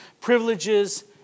privileges